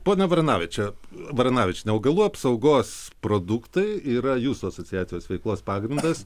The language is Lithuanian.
pone varanavičia varanavičiene augalų apsaugos produktai yra jūsų asociacijos veiklos pagrindas